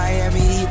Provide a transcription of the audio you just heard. Miami